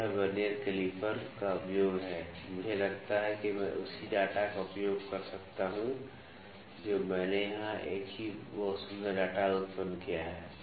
तो यह vernier caliper का उपयोग है मुझे लगता है कि मैं उसी डेटा का उपयोग कर सकता हूं जो मैंने यहां एक बहुत ही सुंदर डेटा उत्पन्न किया है